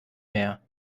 mehr